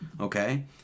okay